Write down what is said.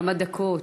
כמה דקות.